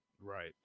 right